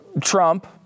Trump